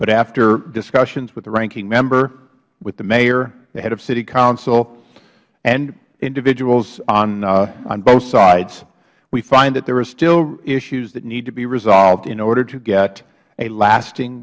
but after discussions with the ranking member with the mayor the head of city council and individuals on both sides we find that there are still issues that need to be resolved in order to get a lasting